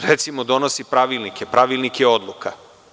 Recimo, donosi pravilnike, pravilnike odluka.